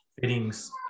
fittings